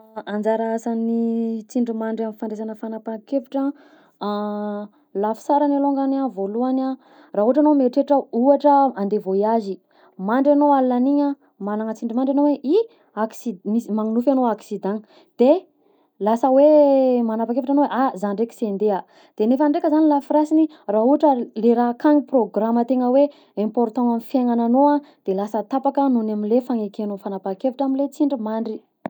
Anjara asan'ny tsindrimandry amin'ny fandraisana fanampahan-kevitra a, lafisarany alongany a voalohany raha ohatra anao mieritreritra ohatra andeha voyage, mandry enao alinan'igny manana tsindrimandry anao hoe i acci- misy magnonofy anao accident de lasa hoe manapa-kevitra anao ah zah ndraiky sy andeha de nefany ndraika zany lafirasiny raha ohatra le raha akagny programa tegna hoe important amy fiaignanao a de lasa tapaka noho ny fanekenao fanapahan-kevitra am'le tsindrimandry.